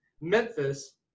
Memphis